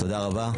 תודה רבה.